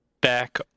back